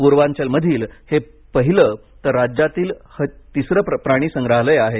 पूर्वांचलमधील हे पहिलं तर राज्यातील हा तिसरं प्राणी संग्रहालय आहे